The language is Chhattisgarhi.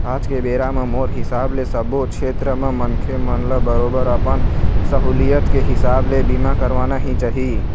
आज के बेरा म मोर हिसाब ले सब्बो छेत्र म मनखे मन ल बरोबर अपन सहूलियत के हिसाब ले बीमा करवाना ही चाही